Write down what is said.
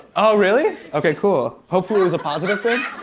oh, really? okay, cool. hopefully it was a positive thing?